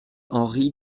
henri